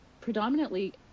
predominantly